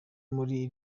muri